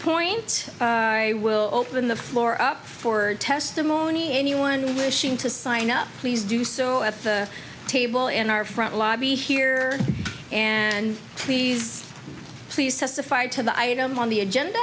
point i will open the floor up for testimony anyone wishing to sign up please do so at the table in our front lobby here and please please testify to the item on the agenda